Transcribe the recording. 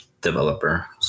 developer